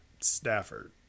Stafford